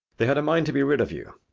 they had a mind to be rid of you.